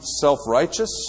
self-righteous